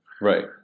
right